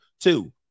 two